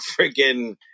freaking